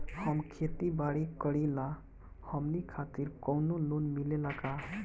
हम खेती बारी करिला हमनि खातिर कउनो लोन मिले ला का?